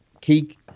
key